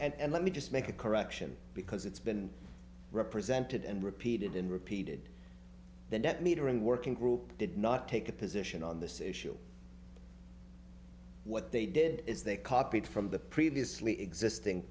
ok and let me just make a correction because it's been represented and repeated and repeated the net metering working group did not take a position on this issue what they did is they copied from the previously existing